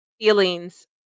feelings